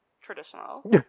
traditional